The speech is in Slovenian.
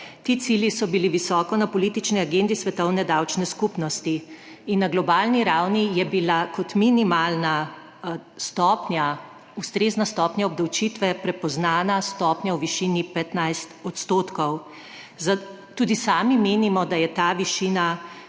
Ti cilji so bili visoko na politični agendi svetovne davčne skupnosti. In na globalni ravni je bila kot minimalna ustrezna stopnja obdavčitve prepoznana stopnja v višini 15 %. Tudi sami menimo, da je ta višina